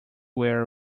wear